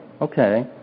Okay